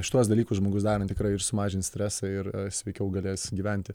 šituos dalykus žmogus darant tikrai ir sumažins stresą ir sveikiau galės gyventi